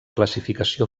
classificació